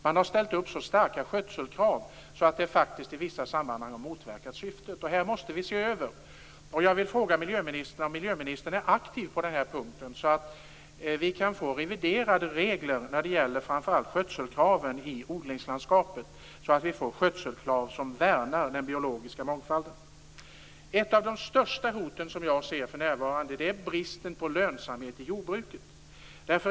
Man har ställt så höga skötselkrav att de faktiskt i vissa sammanhang har motverkat syftet. Detta måste vi se över. Jag vill fråga miljöministern om hon är aktiv på den här punkten, så att vi kan få reviderade regler när det gäller framför allt skötselkraven i odlingslandskapet. Vi måste få skötselkrav som värnar den biologiska mångfalden. Ett av de största hoten som jag ser för närvarande är bristen på lönsamhet i jordbruket.